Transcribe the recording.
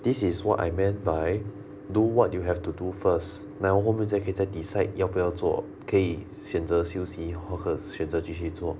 this is what I meant by do what you have to do first now 然后后面才可以 decide 要不要做可以选择休息或者选择继续做